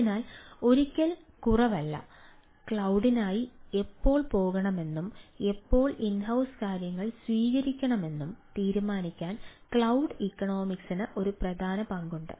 അതിനാൽ ഒരിക്കലും കുറവല്ല ക്ലൌഡിനായി എപ്പോൾ പോകണമെന്നും എപ്പോൾ ഇൻ ഹൌസ് കാര്യങ്ങൾ സ്വീകരിക്കണമെന്നും തീരുമാനിക്കാൻ ക്ലൌഡ് ഇക്കണോമിക്സിന് ഒരു പ്രധാന പങ്കുണ്ട്